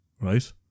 Right